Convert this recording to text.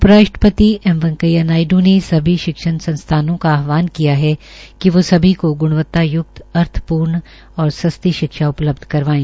उप राष्ट्रपति एम वैकेंया नायडू ने सभी शिक्षण संस्थानों का आहवान किया है कि वो सभी को ग्तवत्ताय्क्त अर्थपूर्ण और सस्ती शिक्षा उपलब्ध करवायें